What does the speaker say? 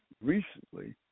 recently